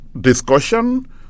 discussion